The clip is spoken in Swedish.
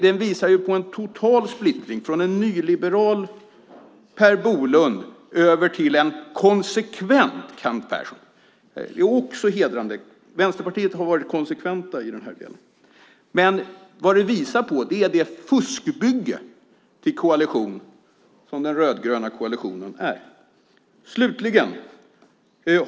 Ni visar på en total splittring från en nyliberal Per Bolund över till en konsekvent Kent Persson. Vänsterpartiet har varit konsekvent i den här delen, och det är också hedrande. Vad det här visar är det fuskbygge till koalition som den rödgröna koalitionen är.